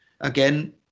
Again